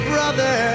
Brother